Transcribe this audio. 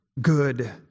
good